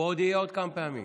הוא יהיה עוד כמה פעמים.